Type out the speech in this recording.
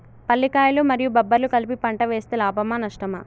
పల్లికాయలు మరియు బబ్బర్లు కలిపి పంట వేస్తే లాభమా? నష్టమా?